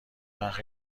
وقت